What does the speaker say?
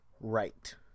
right